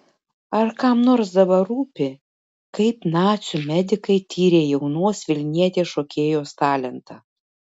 ar kam nors dabar rūpi kaip nacių medikai tyrė jaunos vilnietės šokėjos talentą